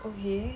okay